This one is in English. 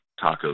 tacos